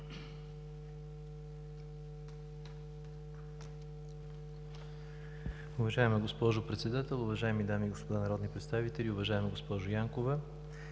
Уважаема госпожо Председател, уважаеми дами и господа народни представители, уважаема госпожо Янкова!